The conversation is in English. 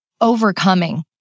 overcoming